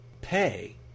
pay